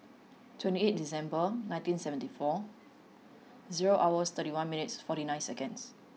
twenty eight December nineteen seventy five zero hours thirty one minutes forty nine seconds